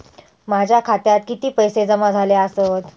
माझ्या खात्यात किती पैसे जमा झाले आसत?